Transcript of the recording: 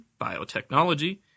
biotechnology